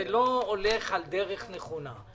זה לא הולך על דרך נכונה.